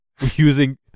using